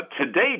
Today